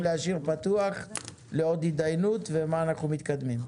להשאיר פתוח לעוד התדיינות ובמה אנחנו מתקדמים.